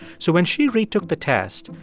so when she retook the test,